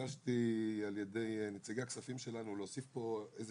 נתבקשתי על ידי נציגי הכספים שלנו להוסיף פה איזה